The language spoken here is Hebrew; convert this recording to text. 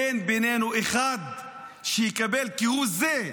אין בינינו אחד שיקבל, כהוא זה,